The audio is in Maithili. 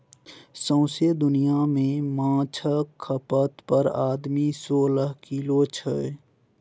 सौंसे दुनियाँ मे माछक खपत पर आदमी सोलह किलो छै